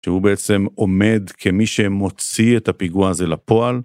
שהוא בעצם עומד כמי שמוציא את הפיגוע הזה לפועל.